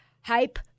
Hype